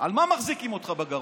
על מה מחזיקים אותך בגרון?